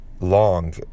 long